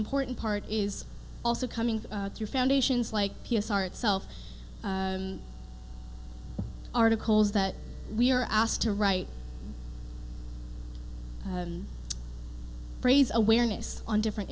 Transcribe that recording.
important part is also coming through foundations like p s r itself articles that we are asked to write and raise awareness on different